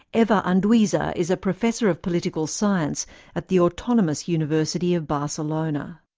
eva anduiza is a professor of political science at the autonomous university of barcelona.